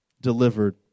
delivered